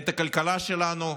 את הכלכלה שלנו,